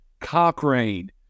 Cochrane